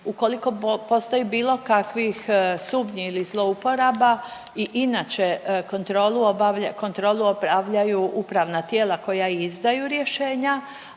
ukoliko postoji bilo kakvih sumnji i zlouporaba i inače kontrolu obavlja, kontrolu obavljaju upravna tijela koja izdaju rješenja,